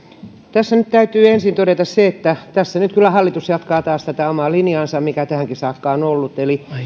tässä nyt täytyy ensin todeta se että tässä nyt kyllä hallitus jatkaa taas tätä omaa linjaansa mikä tähänkin saakka on ollut eli